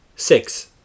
Six